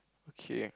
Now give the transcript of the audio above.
okay